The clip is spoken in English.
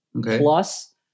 plus